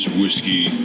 whiskey